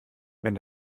wenn